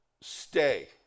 stay